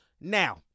Now